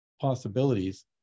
possibilities